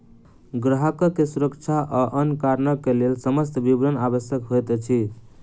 ग्राहक के सुरक्षा आ अन्य कारणक लेल समस्त विवरण आवश्यक होइत अछि